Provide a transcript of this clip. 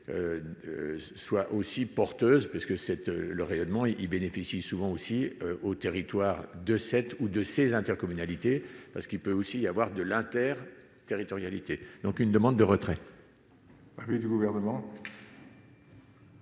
soit aussi porteuse parce que cette le rayonnement ils bénéficient souvent aussi au territoire de cette ou de ces intercommunalités parce qu'il peut aussi y avoir de l'Inter territorialité donc une demande de retrait.